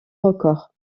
records